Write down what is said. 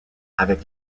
avec